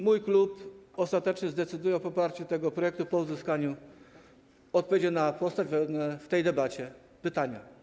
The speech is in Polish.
Mój klub ostatecznie zdecyduje o poparciu tego projektu po uzyskaniu odpowiedzi na postawione w tej debacie pytania.